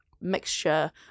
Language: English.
mixture